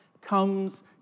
comes